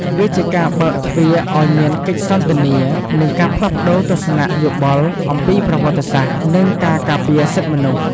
វាជាការបើកទ្វារឱ្យមានកិច្ចសន្ទនា និងការផ្លាស់ប្តូរទស្សនៈយោបល់អំពីប្រវត្តិសាស្ត្រ និងការការពារសិទ្ធិមនុស្ស។